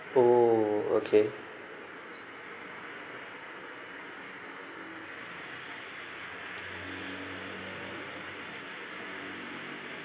oh okay